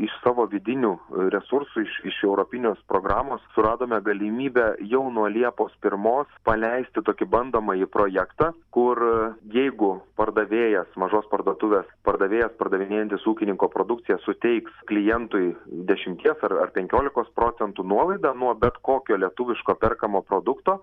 iš savo vidinių resursų iš iš europinės programos suradome galimybę jau nuo liepos pirmos paleisti tokį bandomąjį projektą kur jeigu pardavėjas mažos parduotuvės pardavėjas pardavinėjantis ūkininko produkciją suteiks klientui dešimties ar ar penkiolikos procentų nuolaidą nuo bet kokio lietuviško perkamo produkto